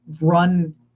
run